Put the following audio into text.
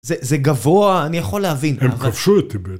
זה גבוה, אני יכול להבין. הם כבשו אותי בעצם.